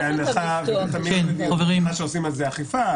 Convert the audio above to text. מהעובדה שזה בחוק ההסדרים וחייבים?